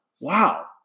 wow